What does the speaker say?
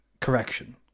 correction